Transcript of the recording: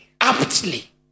aptly